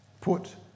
Put